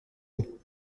eau